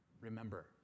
Remember